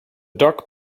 dark